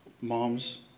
moms